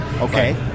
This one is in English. Okay